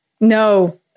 No